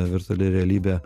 virtuali realybė